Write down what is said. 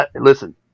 listen